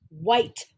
white